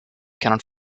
cannot